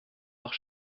noch